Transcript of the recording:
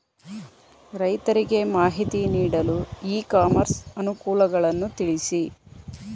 ರೈತರಿಗೆ ಮಾಹಿತಿ ನೀಡಲು ಇ ಕಾಮರ್ಸ್ ಅನುಕೂಲಗಳನ್ನು ತಿಳಿಸಿ?